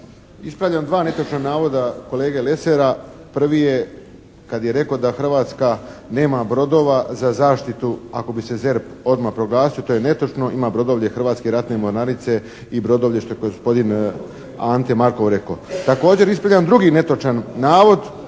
Ispravljam dva netočna navoda kolege Lesara. Prvi je, kad je rekao da Hrvatska nema brodova za zaštitu ako bi se ZERP odmah proglasio. To je netočno. Ima brodovlje Hrvatske ratne mornarice i brodovlje što je gospodine Ante Markov rekao. Također ispravljam drugi netočan navod.